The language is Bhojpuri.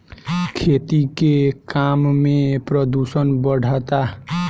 खेती के काम में प्रदूषण बढ़ता